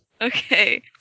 Okay